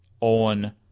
on